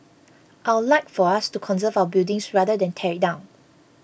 I'll like for us to conserve our buildings rather than tear it down